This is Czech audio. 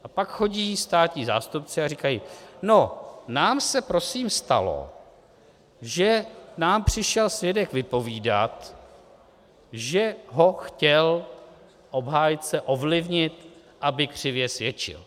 A pak chodí státní zástupci a říkají: No, nám se prosím stalo, že nám přišel svědek vypovídat, že ho chtěl obhájce ovlivnit, aby křivě svědčil.